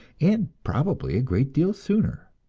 and probably a great deal sooner.